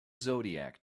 zodiac